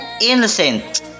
innocent